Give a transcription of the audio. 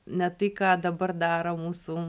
ne tai ką dabar daro mūsų